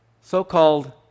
so-called